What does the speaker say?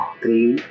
three